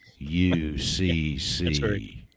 UCC